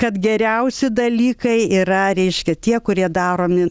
kad geriausi dalykai yra reiškia tie kurie daromi